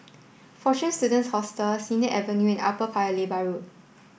Fortune Students Hostel Sennett Avenue and Upper Paya Lebar Road